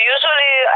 Usually